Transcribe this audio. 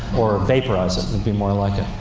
or vaporize it, would be more like it.